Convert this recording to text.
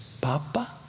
Papa